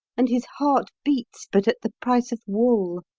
and his heart beats but at the price of wool.